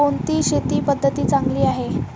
कोणती शेती पद्धती चांगली आहे?